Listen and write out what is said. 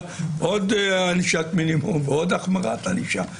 עוד ענישת מינימום ועוד החמרת ענישה.